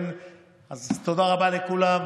תודה רבה לכולם.